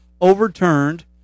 overturned